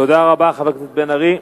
תודה רבה, חבר הכנסת בן-ארי.